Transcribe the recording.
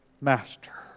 master